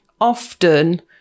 Often